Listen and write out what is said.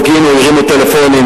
הרימו טלפונים,